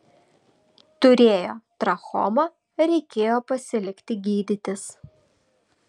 turėjo trachomą reikėjo pasilikti gydytis